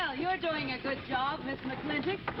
doing a good job, miss mclintock.